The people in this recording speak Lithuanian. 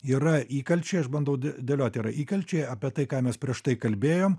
yra įkalčiai aš bandau dė dėlioti yra įkalčiai apie tai ką mes prieš tai kalbėjom